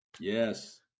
Yes